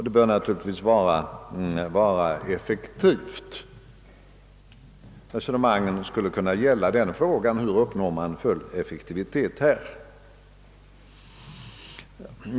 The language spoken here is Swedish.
Den bör naturligtvis vara effektiv. Resonemangen skulle kunna gälla frågan hur man uppnår tillräcklig effektivitet.